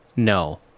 No